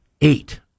eight